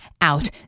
out